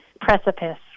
precipice